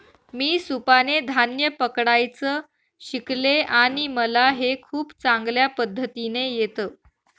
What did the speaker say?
मी सुपाने धान्य पकडायचं शिकले आहे मला हे खूप चांगल्या पद्धतीने येत